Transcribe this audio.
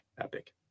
epic